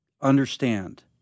understand